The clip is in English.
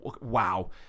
wow